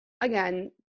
again